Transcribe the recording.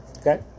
Okay